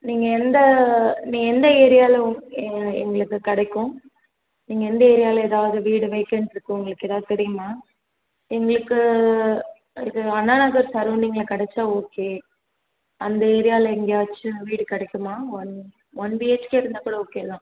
நீங்கள் எந்த நீ எந்த ஏரியாவில உங்க எங்க எங்களுக்கு கிடைக்கும் நீங்கள் எந்த ஏரியாவில எதாவது வீடு வேக்கண்ட் இருக்கு உங்களுக்கு ஏதாவது தெரியுமா எங்களுக்கு இது அண்ணாநகர் சரௌண்டிங்கில் கிடச்சா ஓகே அந்த ஏரியாவில எங்கேயாச்சும் வீடு கிடைக்குமா one one B H K இருந்தாக்கூட ஓகே தான்